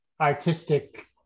artistic